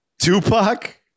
Tupac